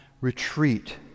retreat